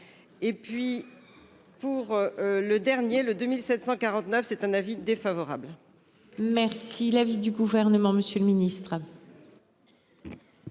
Et puis. Pour le dernier le 2749 c'est un avis défavorable. Merci l'avis du gouvernement, Monsieur le Ministre.